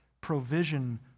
provision